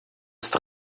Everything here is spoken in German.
ist